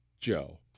Joe